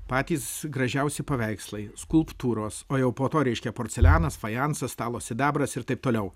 patys gražiausi paveikslai skulptūros o jau po to reiškia porcelianas fajansas stalo sidabras ir taip toliau